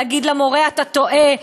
להגיד למורה: אתה טועה,